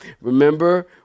Remember